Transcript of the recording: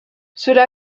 cela